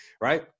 right